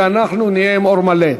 ואנחנו נהיה עם אור מלא.